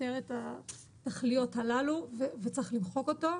סותר את התכליות הללו וצריך למחוק אותו.